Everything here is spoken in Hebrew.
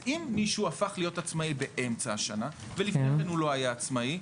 אם מישהו הפך להיות עצמאי באמצע השנה ולפני כן הוא לא היה עצמאי,